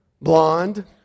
blonde